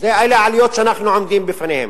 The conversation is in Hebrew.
אלו העליות שאנחנו עומדים בפניהן.